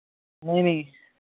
ਨਹੀਂ ਨਹੀਂ